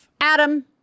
Adam